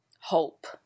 Hope